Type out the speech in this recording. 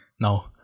no